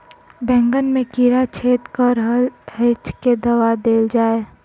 बैंगन मे कीड़ा छेद कऽ रहल एछ केँ दवा देल जाएँ?